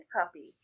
Puppy